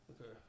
Okay